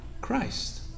Christ